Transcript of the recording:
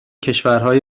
کشورهای